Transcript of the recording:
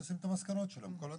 שיציג את המסקנות שלו עם כל הנתונים.